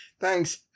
Thanks